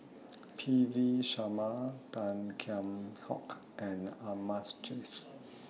P V Sharma Tan Kheam Hock and Ahmad's Jais